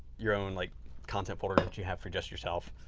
your own like content folder that you have for just yourself.